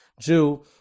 Jew